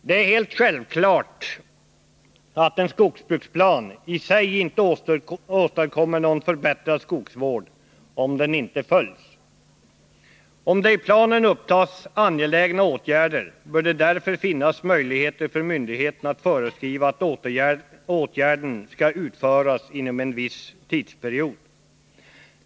Det är helt självklart att en skogsbruksplan i sig inte åstadkommer någon förbättrad skogsvård, om den inte följs. Om det i planen upptas angelägna åtgärder, bör det därför finnas möjlighet för myndigheten att föreskriva att åtgärden skall utföras inom en viss tidsperiod.